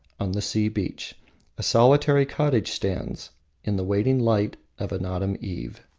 on the sea beach a solitary cottage stands in the waning light of an autumn eve.